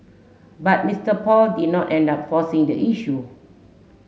but Mister Paul did not end up forcing the issue